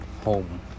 home